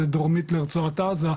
זה דרומית לרצועת עזה,